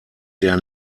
der